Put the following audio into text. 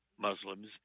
Muslims